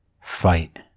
fight